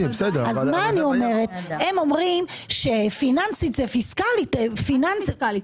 הם אומרים שפיננסית זה פיסקלית --- מה זה פיסקלית?